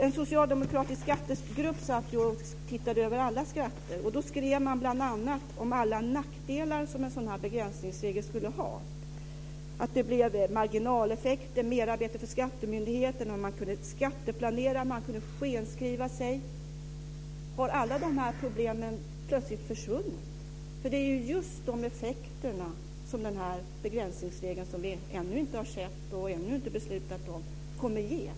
En socialdemokratisk skattegrupp har sett över alla skatter. Man skrev då bl.a. om alla nackdelar som en begränsningsregel skulle ha. Det skulle bli marginaleffekter, merarbete för skattemyndigheterna, man skulle kunna skatteplanera och skenskriva sig. Har alla dessa problem plötsligt försvunnit? Det är just dessa effekter som denna begränsningsregel som vi ännu inte har sett och beslutat om kommer att medföra.